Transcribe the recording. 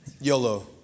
YOLO